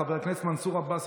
חבר הכנסת מנסור עבאס,